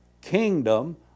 kingdom